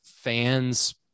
fans